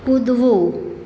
કૂદવું